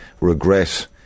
regret